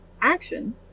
action